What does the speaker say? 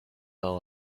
all